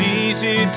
easy